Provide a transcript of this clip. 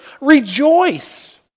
Rejoice